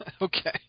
Okay